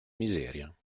miseria